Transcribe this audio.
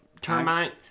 termite